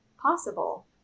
possible